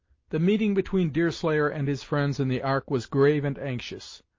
the meeting between deerslayer and his friends in the ark was grave and anxious.